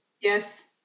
Yes